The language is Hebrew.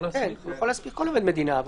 כן, הוא יכול להסמיך כל עובד מדינה.